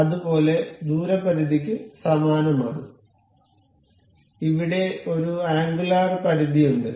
അതുപോലെ ദൂരപരിധിക്ക് സമാനമാണ് ഇവിടെ ഒരു അംഗുലർ പരിധിയുണ്ട്